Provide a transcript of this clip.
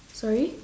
sorry